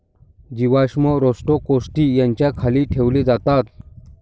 जीवाश्म रोस्ट्रोकोन्टि याच्या खाली ठेवले जातात